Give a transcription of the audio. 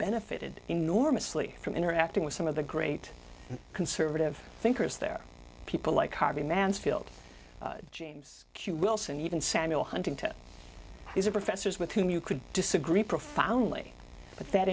benefited enormously from interacting with some of the great conservative thinkers there people like harvey mansfield james q wilson even samuel huntington these are professors with whom you could disagree profoundly but that